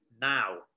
Now